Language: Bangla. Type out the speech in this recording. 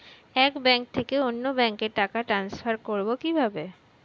এক ব্যাংক থেকে অন্য ব্যাংকে টাকা ট্রান্সফার করবো কিভাবে?